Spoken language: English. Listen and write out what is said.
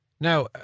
Now